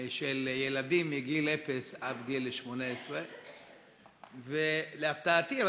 של ילדים מגיל אפס עד גיל 18. להפתעתי,